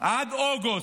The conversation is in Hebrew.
עד אוגוסט,